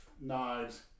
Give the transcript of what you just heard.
knives